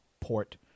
port